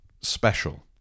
special